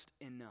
enough